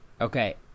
Okay